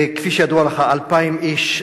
וכפי שידוע לך 2,000 איש,